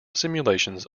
simulations